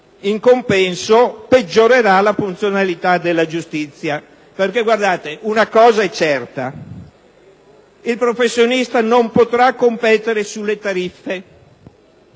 in compenso, peggiorerà la funzionalità della giustizia. Una cosa è certa: il professionista non potrà competere sulle tariffe;